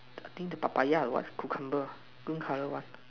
cutting the Papaya and what cucumber green color one